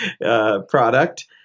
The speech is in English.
product